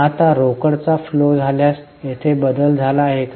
आता रोकड चा फ्लो झाल्यास येथे बदल झाला आहे का